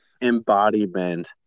embodiment